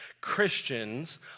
Christians